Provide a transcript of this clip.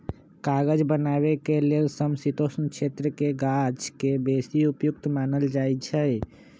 कागज बनाबे के लेल समशीतोष्ण क्षेत्रके गाछके बेशी उपयुक्त मानल जाइ छइ